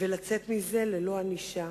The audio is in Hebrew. ולצאת מזה ללא ענישה.